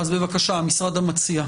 בבקשה, המשרד המציע.